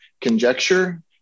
conjecture